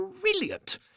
brilliant